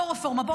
לא רפורמה.